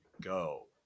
go